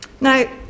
now